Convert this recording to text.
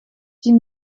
die